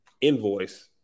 invoice